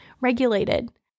regulated